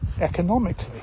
economically